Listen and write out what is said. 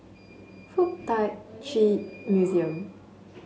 FuK Tak Chi Museum